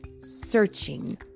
searching